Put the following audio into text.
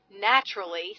naturally